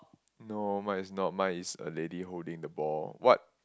no mine is not mine is a lady holding the ball what